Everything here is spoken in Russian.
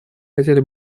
хотели